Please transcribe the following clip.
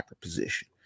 position